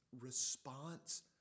response